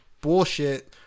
bullshit